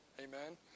Amen